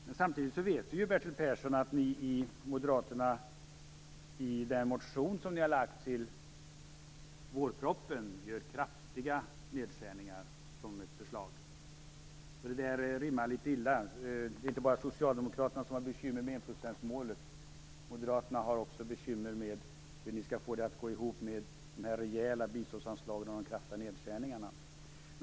Men vi vet att moderaterna i sin motion med anledning av vårpropositionen föreslår kraftiga nedskärningar. Det rimmar illa. Det är inte bara socialdemokraterna som har bekymmer med enprocentsmålet. Moderaterna har bekymmer med att få det att gå ihop, med rejäla biståndsanslag och kraftiga nedskärningar.